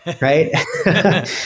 Right